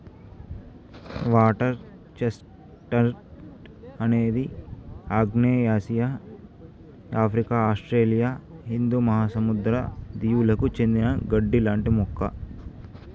water chestnut అనేది ఆగ్నేయాసియా, Africa, Australia హిందూ మహాసముద్ర దీవులకు చెందిన గడ్డి లాంటి మొక్క